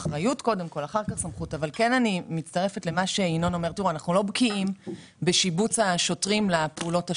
אנחנו לא בקיאים בשיבוץ השוטרים לפעולות השונות.